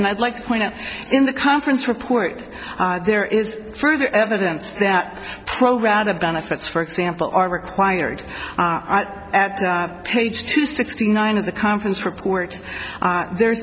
and i'd like to point out in the conference report there is further evidence that program the benefits for example are required at page two sixty nine of the conference report there